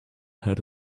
had